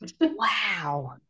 Wow